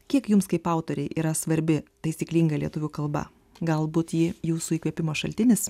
kiek jums kaip autorei yra svarbi taisyklinga lietuvių kalba galbūt ji jūsų įkvėpimo šaltinis